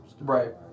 Right